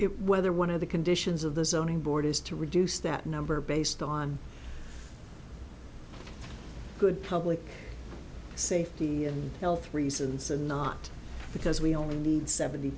it whether one of the conditions of the zoning board is to reduce that number based on good public safety and health reasons and not because we only need seventy